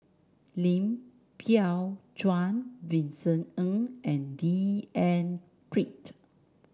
Lim Biow Chuan Vincent Ng and D N Pritt